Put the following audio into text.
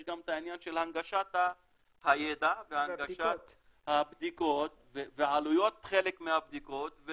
גם את העניין של הנגשת הידע והנגשת הבדיקות ועלויות של חלק מהבדיקות.